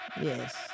Yes